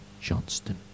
Johnston